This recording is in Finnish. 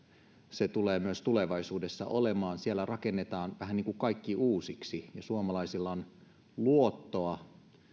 se tulee myös tulevaisuudessa olemaan sitä siellä rakennetaan vähän niin kuin kaikki uusiksi ja suomalaisilla on luottoa